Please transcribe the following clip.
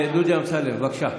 דודי אמסלם, בבקשה.